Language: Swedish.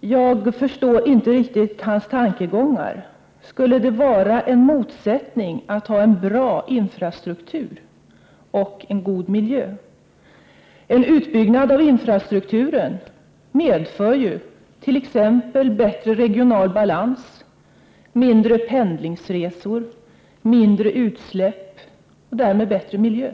Jag förstår inte riktigt Anders Castbergers tankegångar om infrastrukturen. Skulle det vara en motsättning mellan en bra infrastruktur och en god miljö? En utbyggnad av infrastrukturen medför ju t.ex. bättre regional balans och mindre pendlingsresor, mindre utsläpp och därmed bättre miljö.